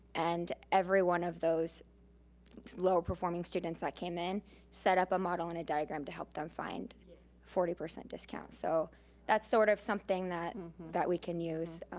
and every one of those lower-performing students that came in set up a model and a diagram to help them find forty percent discounts. so that's sort of something that and that we can use